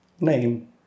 name